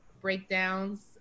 breakdowns